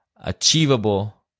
achievable